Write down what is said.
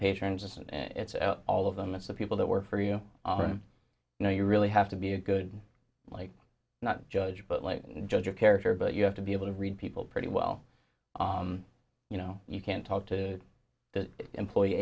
patrons and it's all of them it's the people that work for you you know you really have to be a good like not judge but like judge of character but you have to be able to read people pretty well you know you can talk to the employee